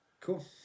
Cool